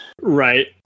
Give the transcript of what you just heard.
right